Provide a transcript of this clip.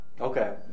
Okay